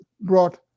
brought